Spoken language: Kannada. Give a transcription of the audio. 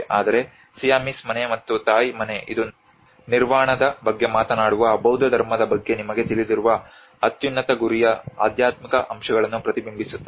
ಆದರೆ ಸಿಯಾಮೀಸ್ ಮನೆ ಅಥವಾ ಥಾಯ್ ಮನೆ ಇದು ನಿರ್ವಾಣದ ಬಗ್ಗೆ ಮಾತನಾಡುವ ಬೌದ್ಧಧರ್ಮದ ಬಗ್ಗೆ ನಿಮಗೆ ತಿಳಿದಿರುವ ಅತ್ಯುನ್ನತ ಗುರಿಯ ಆಧ್ಯಾತ್ಮಿಕ ಅಂಶಗಳನ್ನು ಪ್ರತಿಬಿಂಬಿಸುತ್ತದೆ